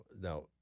now